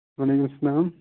وعلیکُم سَلام